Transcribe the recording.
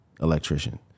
electrician